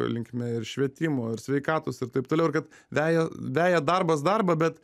linkme ir švietimo ir sveikatos ir taip toliau ir kad veja veja darbas darbą bet